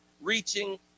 reaching